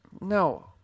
No